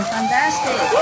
Fantastic